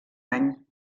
any